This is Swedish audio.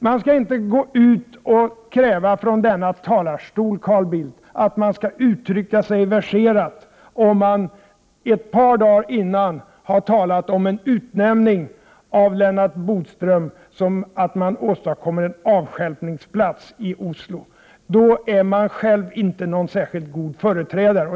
Carl Bildt, man skall inte kräva från denna talarstol att andra skall uttrycka sig verserat, när man själv ett par dagar innan har talat om utnämningen av Lennart Bodström som att det åstadkoms en avstjälpningsplats i Oslo. Då är man själv inte någon särskild god företrädare.